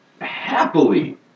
happily